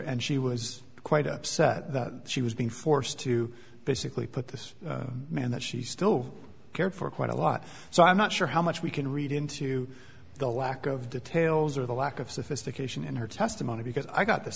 and she was quite upset that she was being forced to basically put this man that she still cared for quite a lot so i'm not sure how much we can read into the lack of details or the lack of sophistication in her testimony because i got the